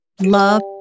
love